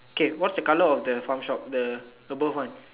K what's the colour of the farm shop the above one